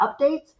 updates